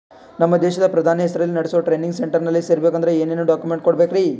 ನಮ್ಮ ದೇಶದ ಪ್ರಧಾನಿ ಹೆಸರಲ್ಲಿ ನೆಡಸೋ ಟ್ರೈನಿಂಗ್ ಸೆಂಟರ್ನಲ್ಲಿ ಸೇರ್ಬೇಕಂದ್ರ ಏನೇನ್ ಡಾಕ್ಯುಮೆಂಟ್ ಕೊಡಬೇಕ್ರಿ?